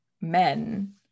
men